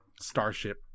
starship